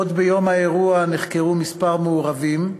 עוד ביום האירוע נחקרו כמה מעורבים,